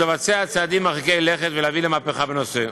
לבצע צעדים מרחיקי לכת ולהביא למהפכה בנושא.